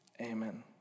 Amen